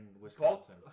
Wisconsin